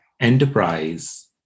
enterprise